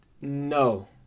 No